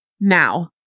Now